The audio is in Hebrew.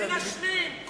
מנשלים.